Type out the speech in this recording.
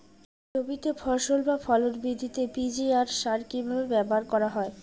জমিতে ফসল বা ফলন বৃদ্ধিতে পি.জি.আর সার কীভাবে ব্যবহার করা হয়?